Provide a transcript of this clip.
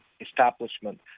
establishment